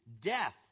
death